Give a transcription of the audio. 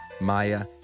Maya